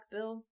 Bill